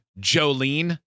Jolene